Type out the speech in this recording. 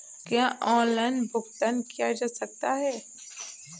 क्या ऑनलाइन भुगतान किया जा सकता है?